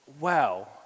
wow